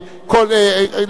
למשל,